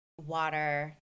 water